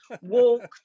walked